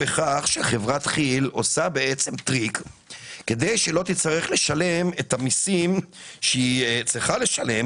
שחברת כי"ל עושה טריק כדי לא לשלם את המסים שהיא צריכה לשלם,